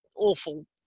Awful